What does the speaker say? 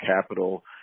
capital